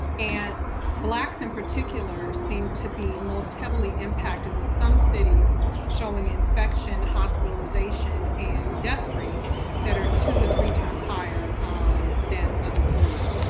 and blacks in particular seem to the most heavily impacted, with some cities showing infection, hospitalization, and death rates that are two to three times higher um than other groups.